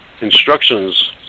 instructions